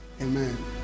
Amen